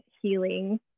healing